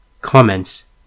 Comments